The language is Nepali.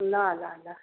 ल ल ल